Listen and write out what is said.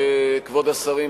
כבוד השרים,